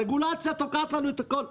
הרגולציה תוקעת לנו הכול.